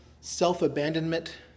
self-abandonment